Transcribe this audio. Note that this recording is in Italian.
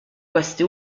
queste